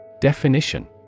Definition